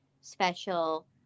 special